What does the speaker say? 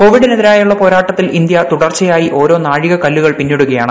കോവിഡിനെതിരായ പോരാട്ടത്തിൽ ജന്ത്യു തുടർച്ചയായി ഓരോ നാഴികക്കല്പുകൾ പിന്നിടുകയാണ്